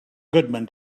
goodman